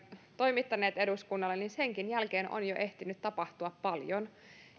toimittaneet eduskunnalle niin senkin jälkeen on jo ehtinyt tapahtua paljon